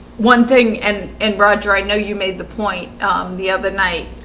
one thing and in roger, i know you made the point the other night